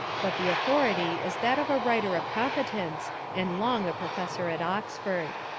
but the authority is that of a writer of competence and long a professor at oxford.